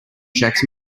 checks